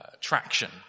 traction